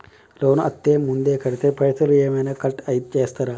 Loan అత్తే ముందే కడితే పైసలు ఏమైనా కట్ చేస్తరా?